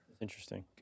Interesting